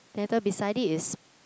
later beside it is